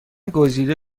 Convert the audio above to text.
گزیده